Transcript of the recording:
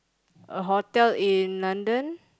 a hotel in London